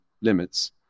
limits